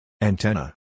Antenna